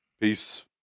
Peace